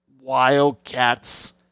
Wildcats